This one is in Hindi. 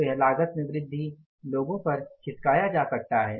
तो यह लागत में वृद्धि लोगों पर खिसकाया जा सकता है